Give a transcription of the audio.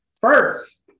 first